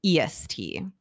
EST